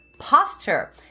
posture